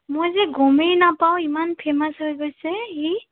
মই যে গমেই নাপাওঁ ইমান ফেমাছ হৈ গৈছে সি